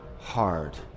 hard